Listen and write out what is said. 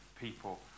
people